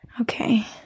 okay